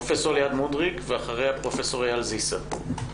פרופ' ליעד מודריק, ואחריה פרופ' אייל זיסר.